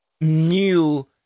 new